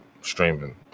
streaming